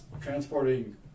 transporting